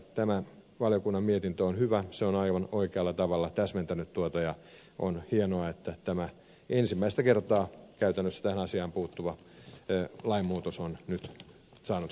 tämä valiokunnan mietintö on hyvä se on aivan oikealla tavalla täsmentänyt tuota alkuperäistä ja on hienoa että tämä ensimmäistä kertaa käytännössä tähän asiaan puuttuva lainmuutos on nyt saanut tämän pisteen